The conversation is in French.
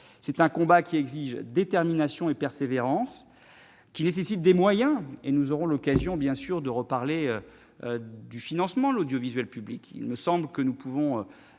C'est un combat qui exige détermination et persévérance, et qui nécessite des moyens- nous aurons l'occasion bien sûr de reparler du financement de l'audiovisuel public. Nous pouvons